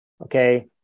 okay